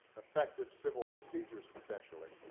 effective civil procedures, potentially,